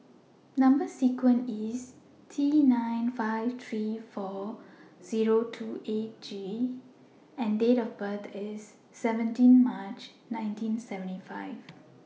Number sequence IS T nine five three four Zero two eight G and Date of birth IS seventeen March nineteen seventy five